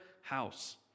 house